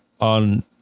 on